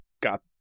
got